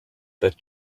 that